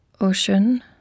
Ocean